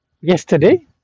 yesterday